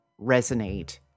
resonate